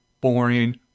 boring